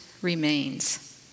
remains